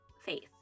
faith